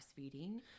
breastfeeding